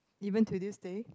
even to Tuesday